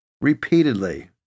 repeatedly